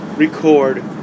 Record